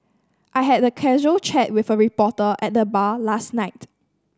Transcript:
I had a casual chat with a reporter at the bar last night